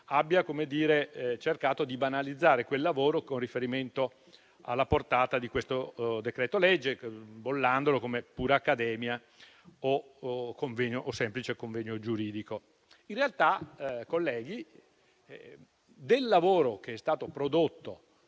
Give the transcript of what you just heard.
abbia cercato di banalizzare quel lavoro con riferimento alla portata di questo decreto-legge, bollandolo come pura accademia o semplice convegno giuridico. In realtà, colleghi, il lavoro che è stato prodotto